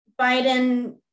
Biden